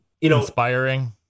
Inspiring